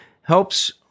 helps